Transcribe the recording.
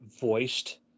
voiced